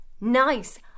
Nice